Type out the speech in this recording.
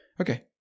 okay